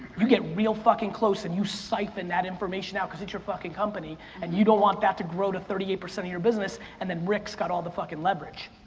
you get real fucking close and you siphon that information out because it's your fucking company and you don't want that to grow to thirty eight percent of your business and then rick's got all the fucking leverage.